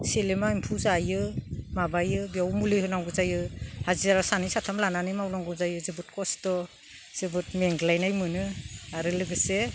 सेलेमा एम्फौ जायो माबायो बेयाव मुलि होनांगौ जायो हाजिरा सानै साथाम लानानै मावनांगौ जायो जोबोद खस्थ' जोबोद मेंग्लायनाय मोनो आरो लोगोसे